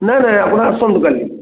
ନା ନା ଆପଣ ଆସନ୍ତୁ କାଲି